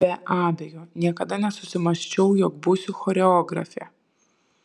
be abejo niekada nesusimąsčiau jog būsiu choreografė